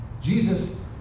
Jesus